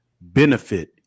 benefit